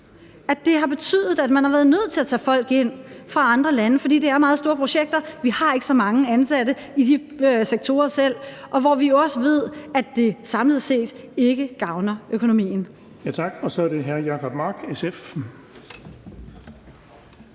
at det har betydet, at man har været nødt til at tage folk ind fra andre lande, fordi det er meget store projekter og vi ikke har så mange ansatte i de sektorer selv, og hvor vi jo også ved, at det samlet set ikke gavner økonomien.